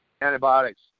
Antibiotics